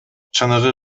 чыныгы